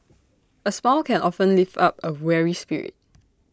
A smile can often lift up A weary spirit